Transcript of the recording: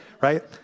right